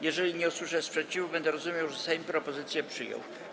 Jeżeli nie usłyszę sprzeciwu, będę rozumiał, że Sejm propozycję przyjął.